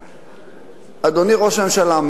אדוני ראש הממשלה,